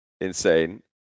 insane